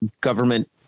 government